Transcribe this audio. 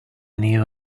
new